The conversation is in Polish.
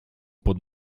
pod